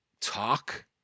talk